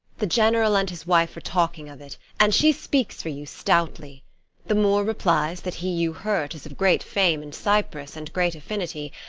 the general and his wife are talking of it and she speaks for you stoutly the moor replies that he you hurt is of great fame in cyprus and great affinity,